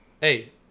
Hey